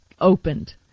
opened